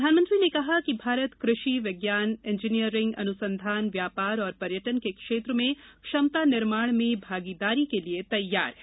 प्रधानमंत्री ने कहा कि भारत कृषि विज्ञान इंजीनियरिंग अनुसंधान व्यापार और पर्यटन के क्षेत्र में क्षमता निर्माण में भागीदारी के लिए तैयार है